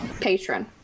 patron